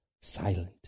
silent